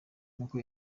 n’uko